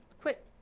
quit